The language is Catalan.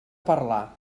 parlar